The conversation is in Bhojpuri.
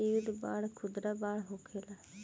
युद्ध बांड खुदरा बांड होखेला